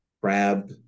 Crab